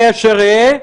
יהא אשר יהא,